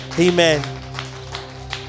Amen